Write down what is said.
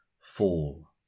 fall